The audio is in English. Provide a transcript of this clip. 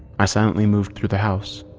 i silently moved through the house,